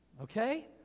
Okay